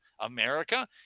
America